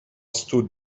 stood